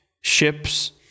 ships